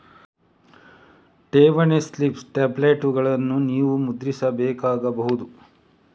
ಠೇವಣಿ ಸ್ಲಿಪ್ ಟೆಂಪ್ಲೇಟುಗಳನ್ನು ನೀವು ಮುದ್ರಿಸಬೇಕಾಗಬಹುದು